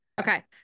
Okay